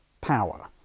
power